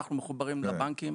אנחנו מחוברים לבנקים,